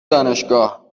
دانشگاه